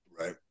Right